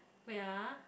wait ah